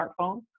smartphone